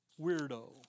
Weirdo